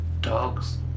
dogs